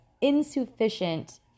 insufficient